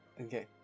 Okay